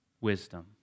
wisdom